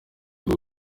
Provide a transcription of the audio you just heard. ujye